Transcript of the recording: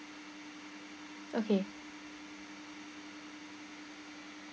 okay